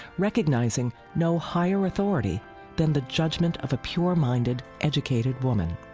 recognizing no higher authority than the judgment of a pure-minded, educated woman.